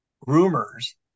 rumors